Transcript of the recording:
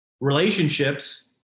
relationships